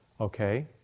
Okay